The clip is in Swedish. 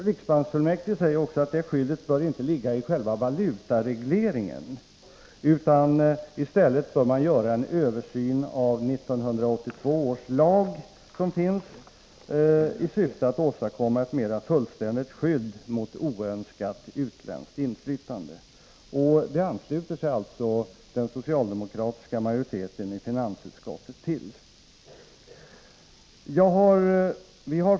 Riksbanksfullmäktige säger också att det skyddet inte bör ligga i själva valutaregleringen. I stället bör man göra en översyn av 1982 års lag i syfte att åstadkomma ett mera fullständigt skydd mot oönskat utländskt inflytande. Den socialdemokratiska majoriteten i finansutskottet ansluter sig alltså till detta.